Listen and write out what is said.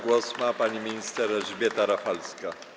Głos ma pani minister Elżbieta Rafalska.